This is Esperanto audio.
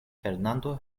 fernando